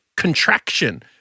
contraction